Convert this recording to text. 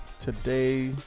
today